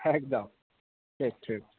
একদম ঠিক ঠিক ঠিক